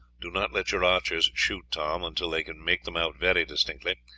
do not let your archers shoot, tom, until they can make them out very distinctly.